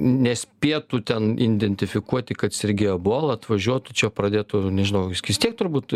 nespėtų ten identifikuoti kad sergi ebola atvažiuotų čia pradėtų nežinau jis vis tiek turbūt